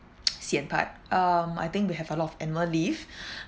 sian but um I think we have a lot of annual leave